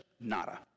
nada